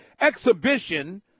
exhibition